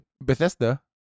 Bethesda